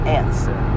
answer